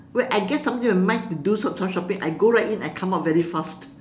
wait I guess something in my mind to do some shopping I go right in I come out very fast